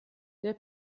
der